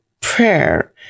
prayer